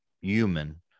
human